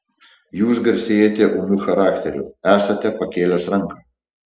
jūs garsėjate ūmiu charakteriu esate pakėlęs ranką